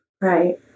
Right